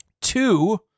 Two